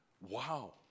Wow